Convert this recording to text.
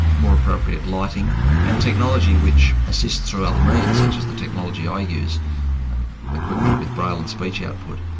more appropriate lighting and technology which assists through other means such as the technology i use equipment with braille and speech output,